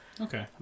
Okay